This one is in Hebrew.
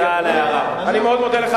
אני מודה לך,